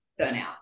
burnout